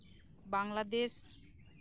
Bangladesh